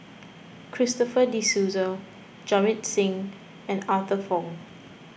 Christopher De Souza Jamit Singh and Arthur Fong